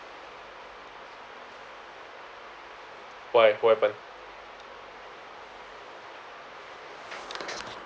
why what happen